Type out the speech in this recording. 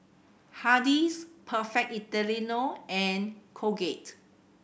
Hardy's Perfect Italiano and Colgate